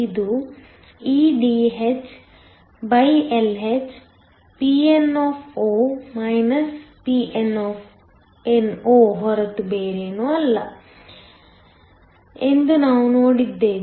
ಇದು eDhLhPn Pn0 ಹೊರತು ಬೇರೇನೂ ಅಲ್ಲ ಎಂದು ನಾವು ನೋಡಿದ್ದೇವೆ